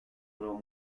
duró